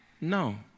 No